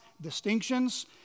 distinctions